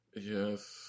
Yes